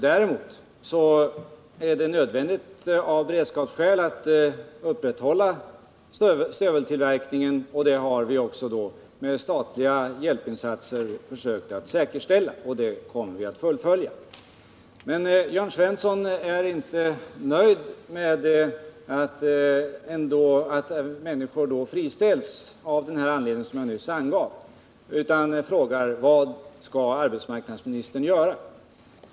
Däremot är det nödvändigt av beredskapsskäl att upprätthålla stöveltillverkningen — den har vi också med statliga hjälpinsatser försökt säkerställa, och det kommer vi att fullfölja. Men Jörn Svensson är inte nöjd med att människor då friställs av den anledning jag nyss angav, och han frågar: Vad skall arbetsmarknadsministern göra?